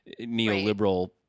neoliberal